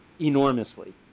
enormously